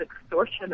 extortion